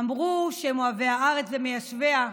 אמרו שהם אוהבי הארץ ומיישביה,